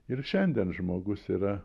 ir šiandien žmogus yra